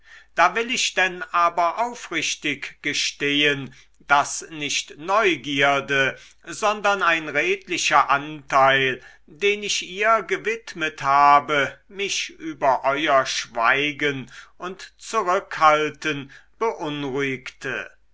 da will ich denn aber aufrichtig gestehen daß nicht neugierde sondern ein redlicher anteil den ich ihr gewidmet habe mich über euer schweigen und zurückhalten beunruhigte